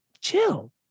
chill